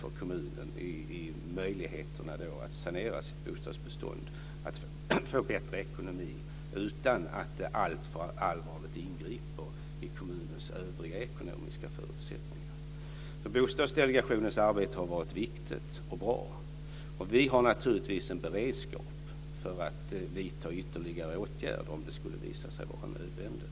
De har fått möjlighet att sanera sitt bostadsbestånd och fått en förbättrad ekonomi utan att detta alltför allvarligt har ingripit i kommunernas övriga ekonomiska förutsättningar. Så Bostadsdelegationens arbete har varit viktigt och bra, och vi har naturligtvis en beredskap för att vidta ytterligare åtgärder, om det skulle visa sig vara nödvändigt.